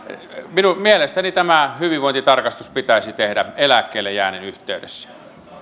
mielestäni tämä hyvinvointitarkastus pitäisi tehdä eläkkeellejäännin yhteydessä